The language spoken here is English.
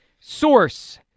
source